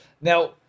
Now